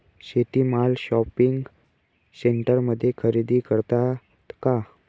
शेती माल शॉपिंग सेंटरमध्ये खरेदी करतात का?